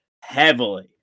heavily